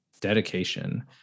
dedication